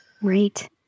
Right